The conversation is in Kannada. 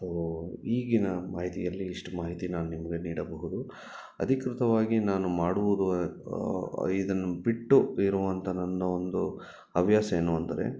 ಓ ಈಗಿನ ಮಾಹಿತಿಯಲ್ಲಿ ಇಷ್ಟು ಮಾಹಿತಿ ನಾನು ನಿಮಗೆ ನೀಡಬಹುದು ಅಧಿಕೃತವಾಗಿ ನಾನು ಮಾಡುವುದು ಇದನ್ನು ಬಿಟ್ಟು ಇರುವಂಥ ನನ್ನ ಒಂದು ಹವ್ಯಾಸ ಏನು ಅಂದರೆ